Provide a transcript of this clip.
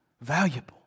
valuable